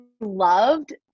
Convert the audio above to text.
loved